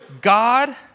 God